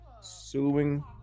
Suing